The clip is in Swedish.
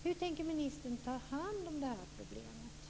Hur tänker ministern ta hand om det problemet?